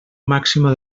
màxima